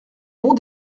monts